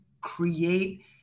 create